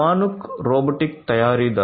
Fanuc robotic తయారీదారు